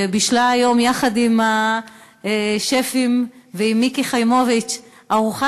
שבישלה היום יחד עם השפים ועם מיקי חיימוביץ ארוחה